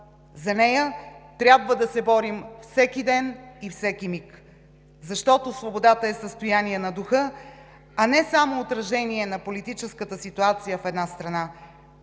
За нея трябва да се борим всеки ден и всеки миг, защото свободата е състояние на духа, а не само отражение на политическата ситуация в една страна.